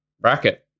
bracket